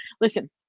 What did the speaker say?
Listen